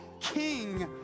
King